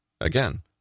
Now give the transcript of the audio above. Again